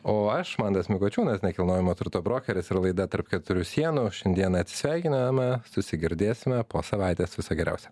o aš mantas mikočiūnas nekilnojamo turto brokeris ir laida tarp keturių sienų šiandieną atsisveikiname susigirdėsime po savaitės viso geriausio